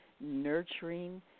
nurturing